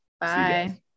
bye